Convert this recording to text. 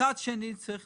מצד שני, צריך